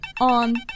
on